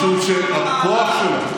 מקום, משום שהכוח שלנו,